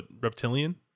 reptilian